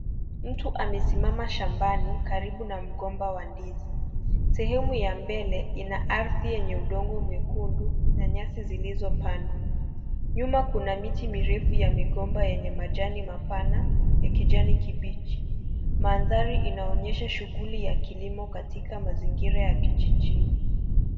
Mtu amesimama shambani karibu na mgomba wa ndizi. Sehemu ya mbele ina ardhi yenye udongo mwekundu na nyasi zilizopandwa. Nyuma kuna miti mirefu ya migomba yenye majani mapana ya kijani kibichi. Mandhari inaonyesha shughuli ya kilimo katika mazingira ya kijijini